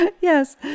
yes